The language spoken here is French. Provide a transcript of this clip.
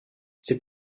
ses